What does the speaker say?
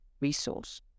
resource